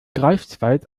greifswald